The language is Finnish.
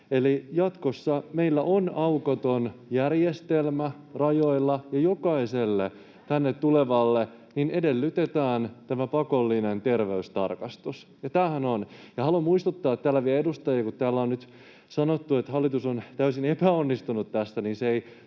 jatkossa meillä on aukoton järjestelmä rajoilla, ja jokaiselta tänne tulevalta edellytetään tämä pakollinen terveystarkastus. Tämähän on. Ja haluan muistuttaa täällä vielä edustajia, että kun täällä on nyt sanottu, että hallitus on täysin epäonnistunut tässä,